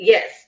Yes